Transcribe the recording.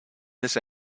this